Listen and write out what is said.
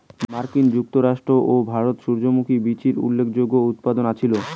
মার্কিন যুক্তরাষ্ট্র ও ভারত সূর্যমুখী বীচির উল্লেখযোগ্য উৎপাদক আছিল